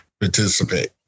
participate